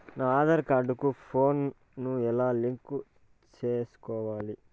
నా ఆధార్ కార్డు కు ఫోను ను ఎలా లింకు సేసుకోవాలి?